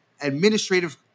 administrative